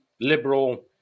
liberal